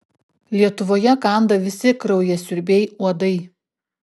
lietuvoje kanda visi kraujasiurbiai uodai